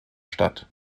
statt